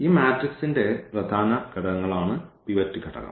ഈ മാട്രിക്സിന്റെ പ്രധാന ഘടകങ്ങളാണ് പിവറ്റ് ഘടകം